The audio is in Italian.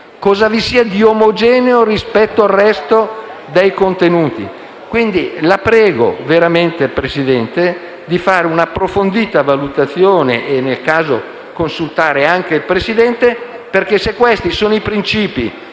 urgente e omogeneo rispetto al resto del contenuto. La prego veramente, signora Presidente, di fare un'approfondita valutazione e, nel caso, consultare anche il Presidente, perché se questi sono i principi